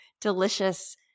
delicious